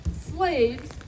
slaves